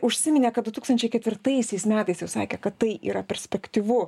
užsiminė kad du tūkstančiai ketvirtaisiais metais jau sakė kad tai yra perspektyvu